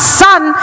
son